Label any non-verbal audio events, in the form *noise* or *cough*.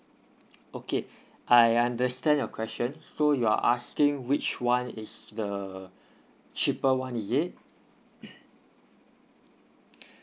okay I understand your question so you're asking which one is the cheaper one is it *coughs*